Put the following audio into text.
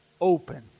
open